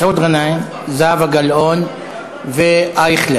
מסעוד גנאים, זהבה גלאון ואייכלר.